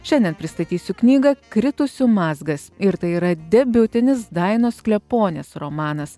šiandien pristatysiu knygą kritusių mazgas ir tai yra debiutinis dainos kleponis romanas